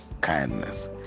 kindness